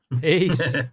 Peace